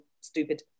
stupid